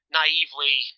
naively